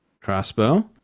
Crossbow